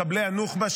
מחבלי הנוח'בה,